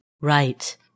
Right